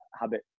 habit